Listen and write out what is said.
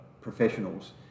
Professionals